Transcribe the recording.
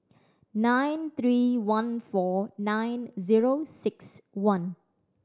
nine three one four nine zero six one